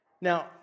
Now